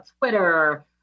Twitter